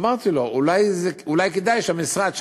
אמרתי לו: אולי כדאי שהמשרד,